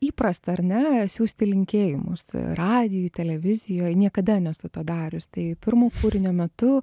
įprasta ar ne siųsti linkėjimus radijuj televizijoj niekada nesu to darius tai pirmo kūrinio metu